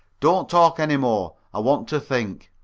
don't talk any more. i want to think.